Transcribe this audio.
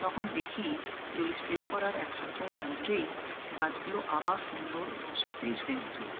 তখন দেখি যে ওই স্প্রে করার এক সপ্তাহের মধ্যেই গাছগুলো আবার সুন্দর এবং সতেজ হয়ে ওঠে